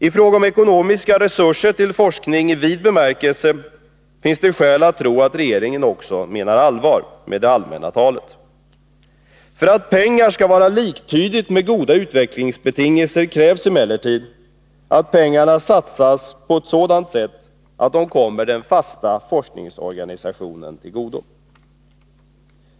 I fråga om ekonomiska resurser till forskning i vid bemärkelse finns det skäl att tro att regeringen också menar allvar med det allmänna talet. För att pengar skall vara liktydigt med goda utvecklingsbetingelser krävs emellertid att pengarna satsas på ett sådant sätt att de kommer den fasta forskningsorganisationen till godo.